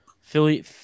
Philly